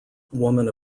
woman